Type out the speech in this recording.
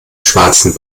schwarzen